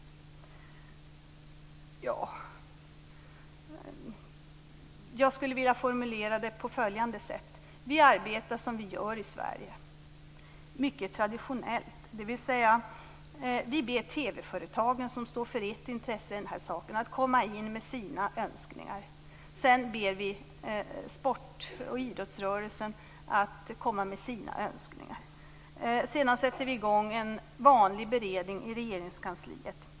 Jag skulle vilja formulera det på följande sätt. Vi arbetar i Sverige mycket traditionellt. Vi ber TV-företagen, som står för ett intresse i den här saken, att komma in med sina önskningar. Sedan ber vi idrottsrörelsen att komma med sina önskningar. Efter det sätter vi i gång en vanlig beredning i Regeringskansliet.